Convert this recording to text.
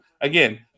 again